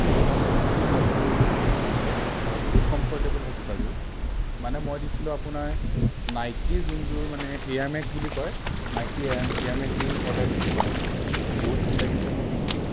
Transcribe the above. বহুত ভাল লাগিলে মোৰ জোতাযোৰ ইউজ কৰি পেলাই হয় বহুত কমফৰটেবল হয় জোতাযোৰ মানে মই দিছিলোঁ আপোনাৰ নাইকীৰ যোনযোৰ মানে এয়াৰমেক্স বুলি কয় নাইকীৰ এয়াৰ এয়াৰমেক্সযোৰ অৰ্ডাৰ দিছিলোঁ হয় বহুত ভাল লাগিছে মোৰ পিন্ধি